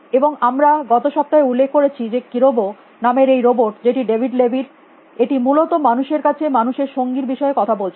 এবং আমরা গত সপ্তাহে উল্লেখ করেছি যে কেরোব নামের এই রোবট যেটি ডেভিড লেভি র এটি মূলত মানুষের কাছে মানুষের সঙ্গীর বিষয়ে কথা বলছিল